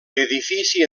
edifici